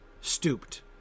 Stooped